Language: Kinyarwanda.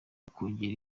ukongera